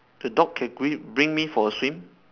the dog can bring bring me for a swim